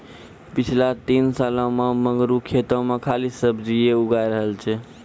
पिछला तीन सालों सॅ मंगरू खेतो मॅ खाली सब्जीए उगाय रहलो छै